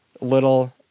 little